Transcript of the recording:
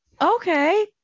Okay